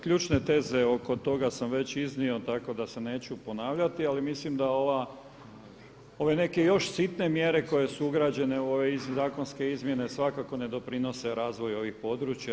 Ključne teze oko toga sam već iznio tako da se neću ponavljati ali mislim da ove neke još sitne mjere koje su ugrađene u ove zakonske izmjene, svakako ne doprinose razvoju ovih područja.